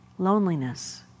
Loneliness